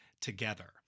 together